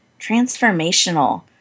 transformational